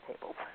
tables